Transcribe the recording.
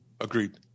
agreed